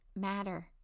matter